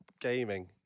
gaming